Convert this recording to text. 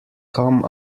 come